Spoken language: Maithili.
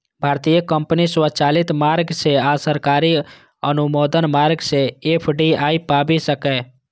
भारतीय कंपनी स्वचालित मार्ग सं आ सरकारी अनुमोदन मार्ग सं एफ.डी.आई पाबि सकैए